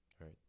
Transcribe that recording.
right